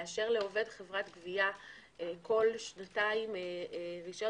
לאשר לעובד חברת גבייה כל שנתיים להישאר